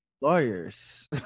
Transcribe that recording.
lawyers